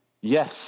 Yes